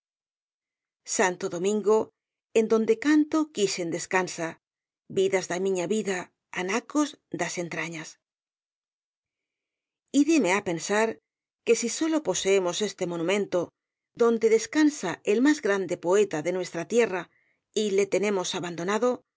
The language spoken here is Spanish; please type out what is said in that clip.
santo domingo en donde canto quixen descansa vidas d'a miña vida anacos d'as entrañas y dime á pensar que si sólo poseemos este monumento donde descansa el más grande poeta de núesepílogo sentimental tra tierra y le tenemos abandonado